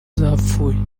zapfuye